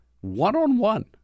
one-on-one